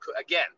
again